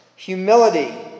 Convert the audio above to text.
Humility